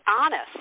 honest